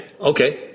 Okay